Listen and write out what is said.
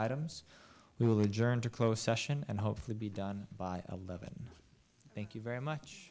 items we will adjourn to close session and hopefully be done by eleven thank you very much